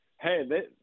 hey